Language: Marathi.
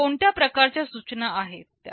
कोणत्या प्रकारच्या सूचना आहेत त्या